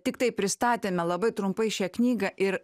tiktai pristatėme labai trumpai šią knygą ir